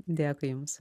dėkui jums